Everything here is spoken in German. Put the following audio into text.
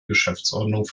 geschäftsordnung